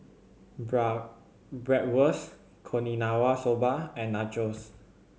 Bra Bratwurst Okinawa Soba and Nachos